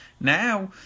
Now